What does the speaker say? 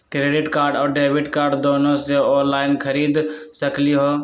Credit card और debit card दोनों से ऑनलाइन खरीद सकली ह?